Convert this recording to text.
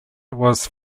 was